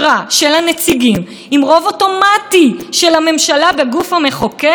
יש תלונות על חוסר איזון כלפי הרשות השופטת.